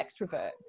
extroverts